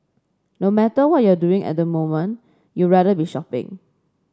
no matter what you're doing at the moment you'd rather be shopping